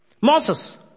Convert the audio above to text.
Moses